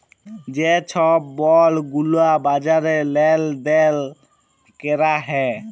যে ছব বল্ড গুলা বাজারে লেল দেল ক্যরা হ্যয়